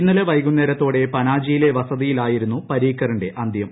ഇന്നലെ വൈകുന്നേരത്തോടെ പനാജിയിലെ വസതിയിലായിരുന്നു പരീക്കറിന്റെ അന്തൃം